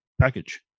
package